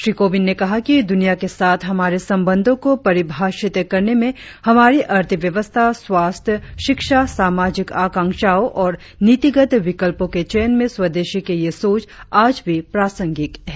श्री कोविंद ने कहा कि दुनिया के साथ हमारे संबंधो को परिभाषित करने में हमारी अर्थव्यवस्था स्वास्थ्य शिक्षा सामाजिक आकांक्षाओं और नीतिगत विकल्पों के चयन में स्वदेशी के यह सोच आज भी प्रसंगिक है